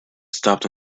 stopped